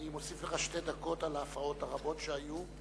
אני מוסיף לך שתי דקות על ההפרעות הרבות שהיו.